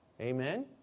Amen